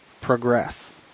progress